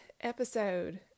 episode